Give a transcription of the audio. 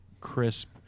crisp